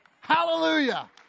Hallelujah